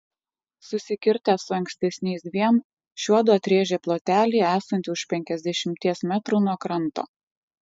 susikirtę su ankstesniais dviem šiuodu atrėžė plotelį esantį už penkiasdešimties metrų nuo kranto